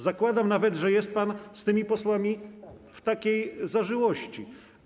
Zakładam nawet, że jest pan z tymi posłami w takiej zażyłości.